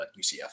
ucf